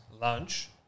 lunch